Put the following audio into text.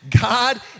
God